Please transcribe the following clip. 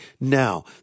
now